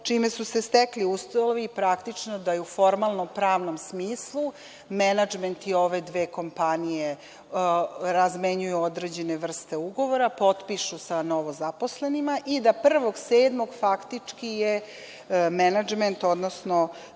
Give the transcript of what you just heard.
čime su se stekli uslovi praktično da i u formalno-pravnom smislu menadžmenti ove dve kompanije razmenjuju određene vrste ugovora, potpišu sa novozaposlenima i da 1. 07. faktički je menadžment, odnosno